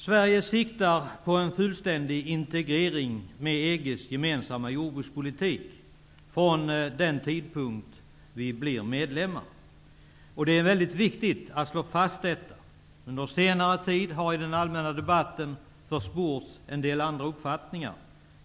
Sverige siktar på en fullständig integrering med EG:s gemensamma jordbrukspolitik från den tidpunkt Sverige blir medlem. Det är mycket viktigt att slå fast detta. Under senare tid har det i den allmänna debatten försports en del andra uppfattningar.